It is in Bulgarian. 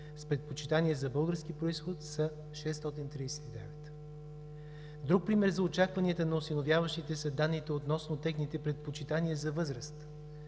с предпочитания за български произход са 639. Друг пример за очакванията на осиновяващите са данните относно техните предпочитания за възраст.